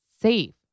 safe